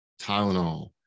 Tylenol